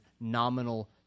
nominal